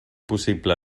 possible